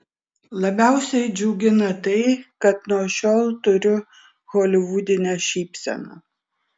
labiausiai džiugina tai kad nuo šiol turiu holivudinę šypseną